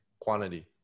quantity